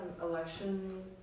election